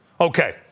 Okay